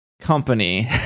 company